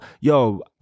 yo